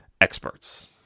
experts